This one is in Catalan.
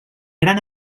gran